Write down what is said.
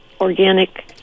organic